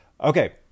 Okay